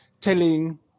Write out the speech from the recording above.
telling